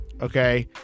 Okay